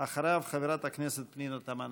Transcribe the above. אחריו, חברת הכנסת פנינה תמנו-שטה.